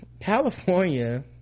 California